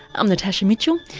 i'm natasha mitchell.